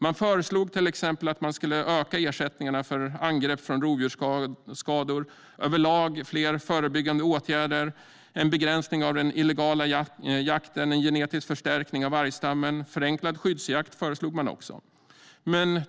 Man föreslog till exempel att ersättningarna för angrepp och rovdjursskador skulle ökas, och man föreslog överlag fler förebyggande åtgärder. Man föreslog en begränsning av den illegala jakten, en genetisk förstärkning av vargstammen och förenklad skyddsjakt.